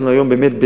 אנחנו היום באמת,